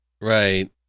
Right